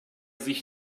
sich